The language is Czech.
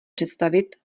představit